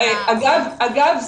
אגב,